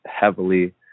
heavily